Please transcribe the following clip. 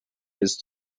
his